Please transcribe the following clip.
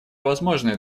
возможное